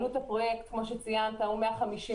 עלות הפרויקט, כמו שציינת, הוא 150 מיליארד.